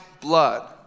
blood